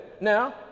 Now